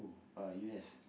oh uh U_S